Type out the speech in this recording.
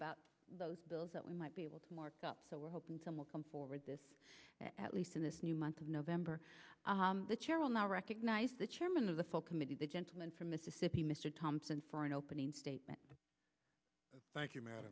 about those bills that we might be able to mark up and some will come forward this at least in this new month of november the chair will now recognize the chairman of the full committee the gentleman from mississippi mr thompson for an opening statement thank you m